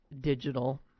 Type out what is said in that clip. digital